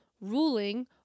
ruling